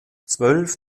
zwölf